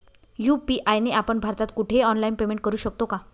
UPI ने आपण भारतात कुठेही ऑनलाईन पेमेंट करु शकतो का?